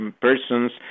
persons